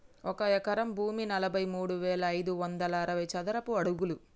ఒక ఎకరం భూమి నలభై మూడు వేల ఐదు వందల అరవై చదరపు అడుగులు